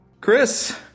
Chris